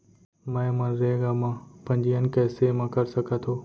मैं मनरेगा म पंजीयन कैसे म कर सकत हो?